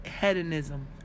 Hedonism